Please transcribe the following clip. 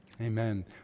Amen